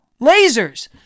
Lasers